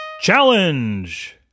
Challenge